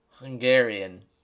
Hungarian